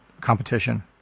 competition